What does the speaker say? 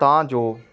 ਤਾਂ ਜੋ